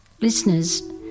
Listeners